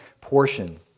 portion